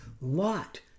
Lot